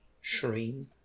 shrine